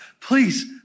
Please